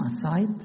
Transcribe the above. aside